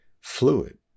fluid